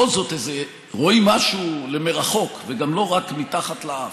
בכל זאת הם רואים משהו למרחוק ולא רק מתחת לאף.